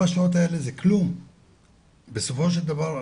שיש לספק לילדים האלה כמו שלשאר הילדים,